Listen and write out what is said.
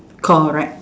correct